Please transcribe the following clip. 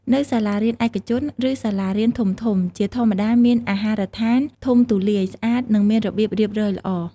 នៅសាលារៀនឯកជន ឬសាលារៀនធំៗជាធម្មតា មាន អាហារដ្ឋាន ធំទូលាយ ស្អាត និងមានរបៀបរៀបរយល្អ។